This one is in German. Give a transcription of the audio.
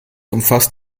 umfasst